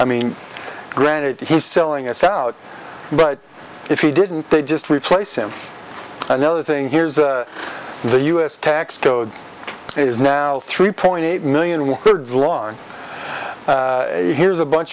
i mean granted he's selling us out but if he didn't they just replace him another thing here's the u s tax code is now three point eight million were wrong here's a bunch